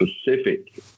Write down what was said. specific